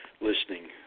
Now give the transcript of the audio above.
listening